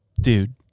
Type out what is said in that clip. Dude